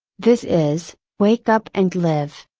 this is, wake up and live!